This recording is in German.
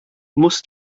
muss